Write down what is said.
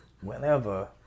whenever